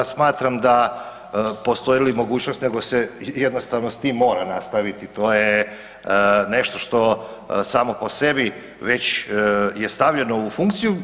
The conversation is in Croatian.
Ne da smatram da postoji li mogućnost, nego se jednostavno s tim mora nastaviti, to je nešto što samo po sebi već je stavljeno u funkciju.